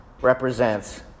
represents